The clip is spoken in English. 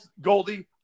Goldie